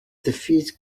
defeat